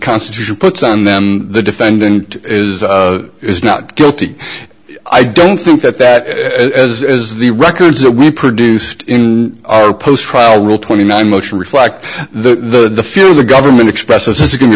constitution puts on them the defendant is is not guilty i don't think that that as the records that we produced in our post trial rule twenty nine motion reflect the fear of the government